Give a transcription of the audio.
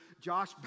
Josh